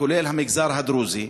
כולל המגזר הדרוזי,